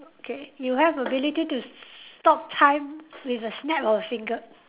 okay you have ability to s~ stop time with a snap of a finger